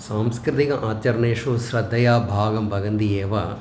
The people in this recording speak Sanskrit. सांस्कृतिकमाध्यमेषु श्रद्धया भागं वहन्ति एव